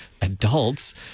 adults